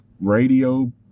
Radio